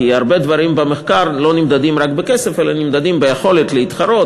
כי במחקר הרבה דברים נמדדים לא רק בכסף אלא ביכולת להתחרות